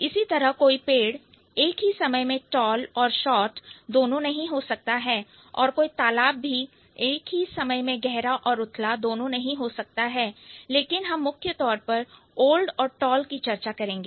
इसी तरह कोई पेड़ एक ही समय में टौल और शार्ट दोनों नहीं हो सकता है और कोई तालाब भी एक ही समय में गहरा और उथला दोनों नहीं हो सकता हैलेकिन हम मुख्य तौर पर ओल्ड और टौल की चर्चा करेंगे